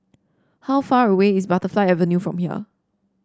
how far away is Butterfly Avenue from here